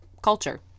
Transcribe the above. Culture